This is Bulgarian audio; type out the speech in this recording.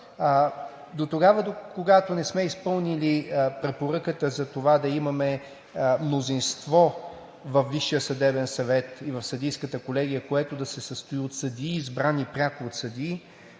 Дотогава, докато не сме изпълнили препоръката за това да имаме мнозинство във Висшия съдебен съвет и в Съдийската колегия, което да се състои от съдии, избрани пряко от съдии,